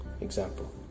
Example